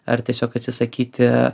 ar tiesiog atsisakyti